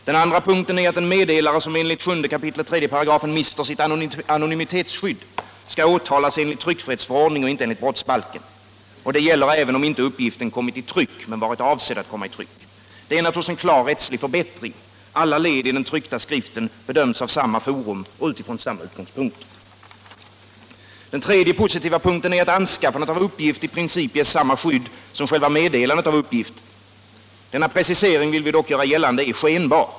Den andra positiva punkten är att en meddelare som enligt 7 kap. 3 & mister sitt anonymitetsskydd skall åtatalas enligt tryckfrihetsförordningen och inte enligt brottsbalken. Det gäller även om inte uppgiften kommit i tryck men avsetts göra det. Det är en klar rättslig förbättring. Alla ted i den twryckta skriften bedöms av samma forum och från samma utgångspunkter. Den tredje positiva punkten är att anskaffandet av uppgift i princip ges samma skydd som själva meddelandet av uppgiften. Denna precisering är dock skenbar.